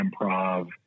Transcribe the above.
improv